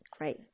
great